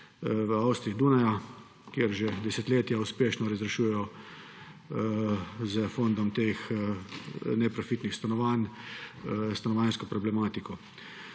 v Avstriji, Dunaja, kjer že desetletja uspešno razrešujejo s fondom neprofitnih stanovanj stanovanjsko problematiko.